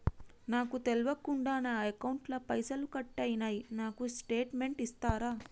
నాకు తెల్వకుండా నా అకౌంట్ ల పైసల్ కట్ అయినై నాకు స్టేటుమెంట్ ఇస్తరా?